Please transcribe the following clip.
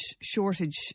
shortage